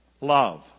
Love